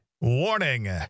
Warning